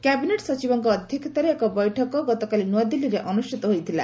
cabinet ସଚିବଙ୍କ ଅଧ୍ୟକ୍ଷତାରେ ଏକ ବୈଠକ ଗତକାଲି ନୂଆଦିଲ୍ଲୀରେ ଅନୁଷ୍ଠିତ ହୋଇଥିଲା